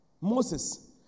Moses